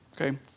Okay